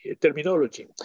terminology